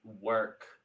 work